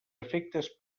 efectes